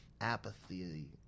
apathy